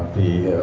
the